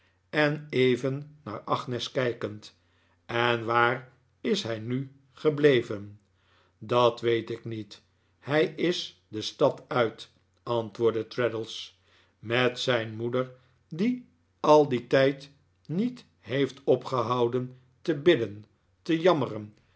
en even naar agnes kijkend en waar is hij nu gebleven dat weet ik niet hij is de stad uit antwoordde traddles met zijn moeder die al dien tijd niet heeft opgehouden te bidden te jammeren